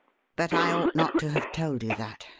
but i ought not to have told you that.